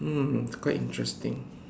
mm quite interesting